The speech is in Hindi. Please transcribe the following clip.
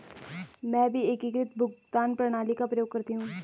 मैं भी एकीकृत भुगतान प्रणाली का प्रयोग करती हूं